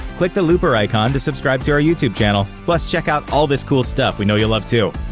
click the looper icon to subscribe to our youtube channel. plus check out all this cool stuff we know you'll love, too!